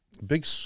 big